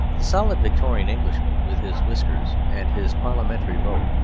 the solid victorian englishman, with his whiskers and his parliamentary vote,